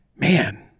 Man